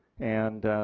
and